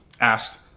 asked